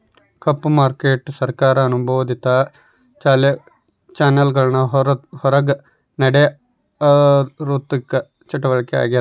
ಕಪ್ಪು market ಸರ್ಕಾರ ಅನುಮೋದಿತ ಚಾನೆಲ್ಗುಳ್ ಹೊರುಗ ನಡೇ ಆಋಥಿಕ ಚಟುವಟಿಕೆ ಆಗೆತೆ